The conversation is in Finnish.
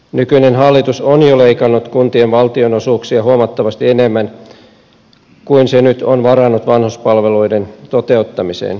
nykyinen hallitus on jo leikannut kuntien valtionosuuksia huomattavasti enemmän kuin se nyt on varannut vanhuspalveluiden toteuttamiseen